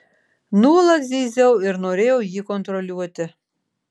nuolat zyziau ir norėjau jį kontroliuoti